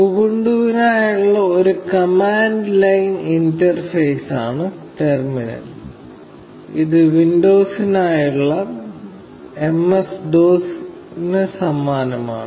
ഉബുണ്ടുവിനായുള്ള ഒരു command line ഇന്റർഫേസാണ് terminal ഇത് വിൻഡോസിനായുള്ള എം സ് ഡോസ് ന് സമാനമാണ്